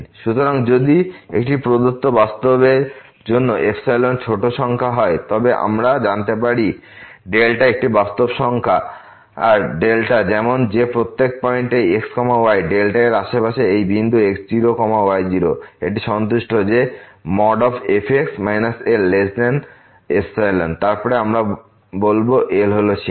সুতরাং যদি একটি প্রদত্ত বাস্তবের জন্য Epsilon ছোট সংখ্যা হয় তবে আমরা জানতে পারি একটি বাস্তব সংখ্যার যেমন যে প্রত্যেক পয়েন্ট xy এর আশেপাশে এই বিন্দু x0 y0 এটি সন্তুষ্ট যে fx Lϵ তারপর আমরা বলব L হল সীমা